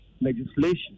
legislation